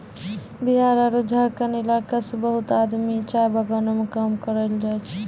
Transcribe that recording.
बिहार आरो झारखंड इलाका सॅ बहुत आदमी चाय बगानों मॅ काम करै ल जाय छै